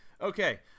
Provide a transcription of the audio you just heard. Okay